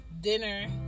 dinner